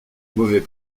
mauvais